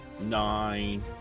Nine